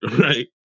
right